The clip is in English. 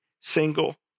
single